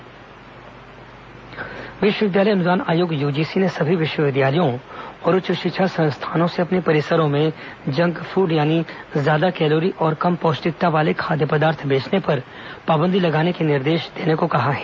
विश्वविद्यालय अनुदान आयोग जंक फूड विश्वविद्यालय अनुदान आयोग यूजीसी ने सभी विश्वविद्यालयों और उच्च शिक्षा संस्थानों से अपने परिसरों में जंक फूड यानी ज्यादा कैलोरी और कम पौष्टिकता वाले खाद्य पदार्थ बेचने पर पाबंदी लगाने के निर्देश देने को कहा है